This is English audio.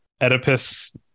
oedipus